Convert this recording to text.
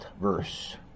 verse